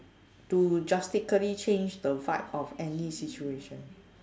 to drastically change the vibe of any situation